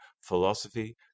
philosophy